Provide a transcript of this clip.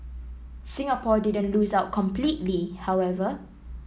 Singapore didn't lose out completely however